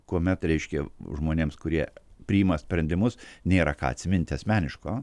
kuomet reiškia žmonėms kurie priima sprendimus nėra ką atsiminti asmeniško